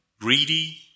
Greedy